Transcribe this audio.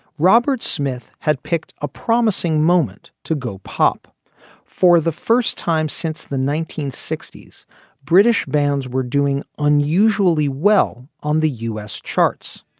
robert smith had picked a promising moment to go pop for the first time since the nineteen sixty s british bands were doing unusually well on the u s. charts.